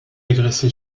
agressé